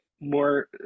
more